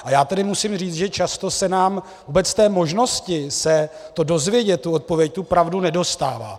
A tedy musím říct, že často se nám vůbec možnosti se dozvědět odpověď, tu pravdu, nedostává.